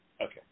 Okay